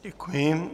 Děkuji.